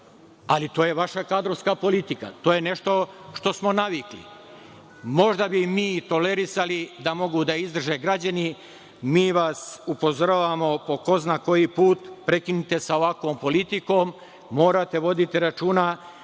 ali to je vaša kadrovska politika i to je nešto što smo navikli. Možda bi mi i tolerisali da mogu da izdrže građani. Mi vas upozoravamo po ko zna koji put prekinite sa ovakvom politikom morate vodite računa